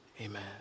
amen